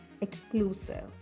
exclusive